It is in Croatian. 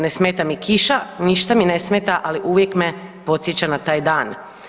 Ne smeta mi kiša, ništa mi ne smeta, ali uvijek me podsjeća na taj dan.